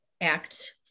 act